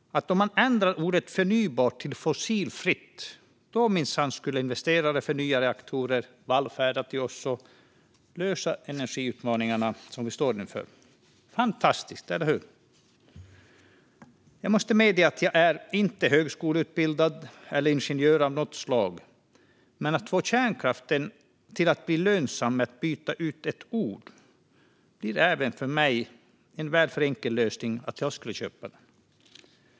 Om man ändrar ordet "förnybart" till "fossilfritt" skulle minsann investerare i nya reaktorer vallfärda till oss och lösa energiutmaningarna som vi står inför. Det låter fantastiskt, eller hur? Jag måste medge att jag inte är högskoleutbildad eller ingenjör av något slag, men att få kärnkraften att bli lönsam genom att byta ut ett ord blir även för mig en för enkel lösning för att jag ska köpa den.